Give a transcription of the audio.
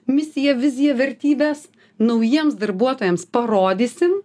misiją viziją vertybes naujiems darbuotojams parodysim